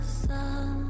sun